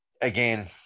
Again